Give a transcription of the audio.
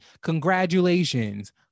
Congratulations